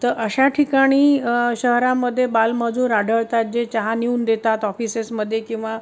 तर अशा ठिकाणी शहरामध्ये बालमजूर आढळतात जे चहा नेऊन देतात ऑफिसेसमध्ये किंवा